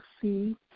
see